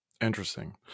Interesting